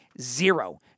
zero